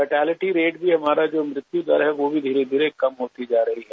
fatality rate भी हमारा जो मृत्यु दर है वो भी धीरे धीरे कम होती जा रही है